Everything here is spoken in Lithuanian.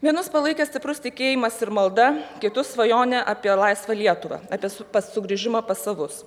vienus palaikė stiprus tikėjimas ir malda kitus svajonė apie laisvą lietuvą apie su pas sugrįžimą pas savus